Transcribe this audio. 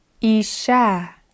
Isha